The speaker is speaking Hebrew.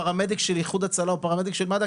פרמדיק של איחוד הצלה או פרמדיק של מד"א,